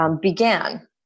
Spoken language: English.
began